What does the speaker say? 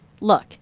look